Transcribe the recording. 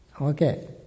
Okay